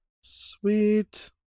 Sweet